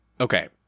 okay